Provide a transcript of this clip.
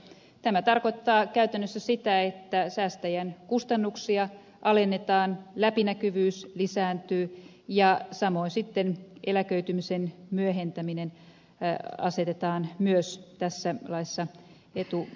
tämä tarkoittaa käytännössä sitä että säästäjien kustannuksia alennetaan läpinäkyvyys lisääntyy ja samoin sitten eläköitymisen myöhentäminen asetetaan myös tässä laissa etusijalle